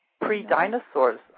pre-dinosaurs